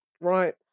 Right